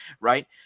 right